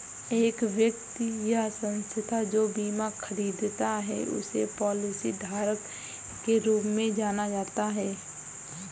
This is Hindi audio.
एक व्यक्ति या संस्था जो बीमा खरीदता है उसे पॉलिसीधारक के रूप में जाना जाता है